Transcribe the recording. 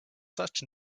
such